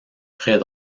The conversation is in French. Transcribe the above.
très